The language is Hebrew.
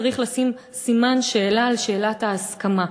צריך לשים סימן שאלה על שאלת ההסכמה: